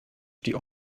street